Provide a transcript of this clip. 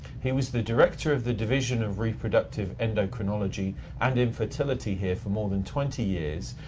he was the director of the division of reproductive endocrinology and infertility here for more than twenty years,